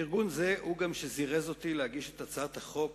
ארגון זה הוא שזירז אותי להגיש את הצעת החוק